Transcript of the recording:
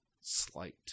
slight